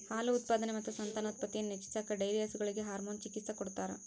ಹಾಲು ಉತ್ಪಾದನೆ ಮತ್ತು ಸಂತಾನೋತ್ಪತ್ತಿಯನ್ನು ಹೆಚ್ಚಿಸಾಕ ಡೈರಿ ಹಸುಗಳಿಗೆ ಹಾರ್ಮೋನ್ ಚಿಕಿತ್ಸ ಕೊಡ್ತಾರ